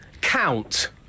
Count